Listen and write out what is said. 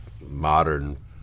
modern